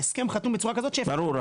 ההסכם חתום בצורה כזאת ש- -- ברור,